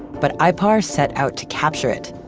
but ipar set out to capture it,